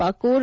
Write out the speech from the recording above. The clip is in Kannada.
ಪಾಕೂರ್